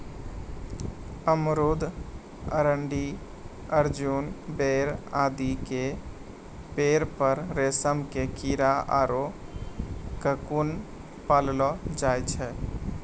अमरूद, अरंडी, अर्जुन, बेर आदि के पेड़ पर रेशम के कीड़ा आरो ककून पाललो जाय छै